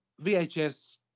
VHS